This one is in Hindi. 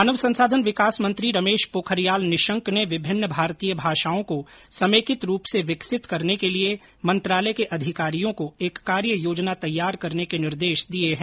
मानव संसाधन विकास मंत्री रमेश पोखरियाल निशंक ने विभिन्न भारतीय भाषाओं को समेकित रूप से विकसित करने के लिए मंत्रालय के अधिकारियों को एक कार्ययोजना तैयार करने के निर्देश दिये है